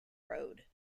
road